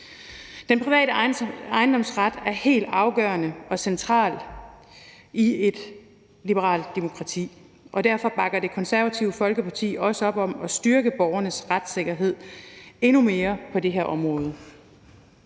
Den private ejendomsret er helt afgørende og central i et liberalt demokrati, og derfor bakker Det Konservative Folkeparti også op om at styrke borgernes retssikkerhed endnu mere på det her område.